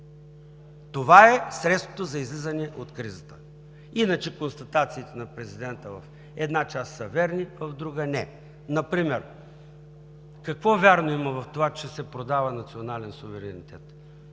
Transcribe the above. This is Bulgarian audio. Това е средството за излизане от кризата. Иначе констатациите на президента в една част са верни, в друга – не. Например какво вярно има в това, че се продава национален суверенитет?